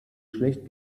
schlecht